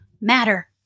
matter